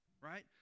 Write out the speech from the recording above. right